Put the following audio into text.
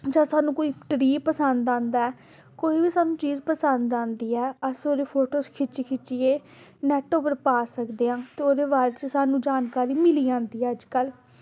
जां सानूं कोई ट्री पसंद आंदा ऐ कोई बी सानूं चीज़ पसंद आंदी ऐ अस ओह्दी फोटोज़ खिच्ची खिच्चियै नेट उप्पर पा सकदे आं ते ओह्दे बाद च सानूं जानकारी मिली जंदी ऐ अज्जकल